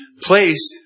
placed